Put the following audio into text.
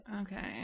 Okay